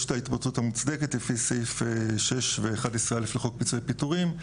יש את ההתפטרות המוצדקת לפי סעיף 6 ו-11(א) לחוק פיצויי פיטורים.